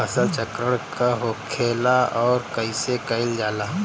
फसल चक्रण का होखेला और कईसे कईल जाला?